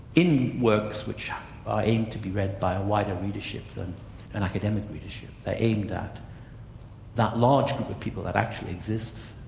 in works which aim to be read by a wider readership than an academic readership, they're aimed at that large group of people that actually exists,